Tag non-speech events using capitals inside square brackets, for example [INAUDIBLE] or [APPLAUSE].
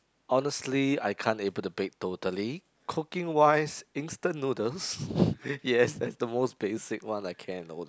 honestly I can't able to bake totally cooking wise instant noodles [LAUGHS] yes that's the most basic one I can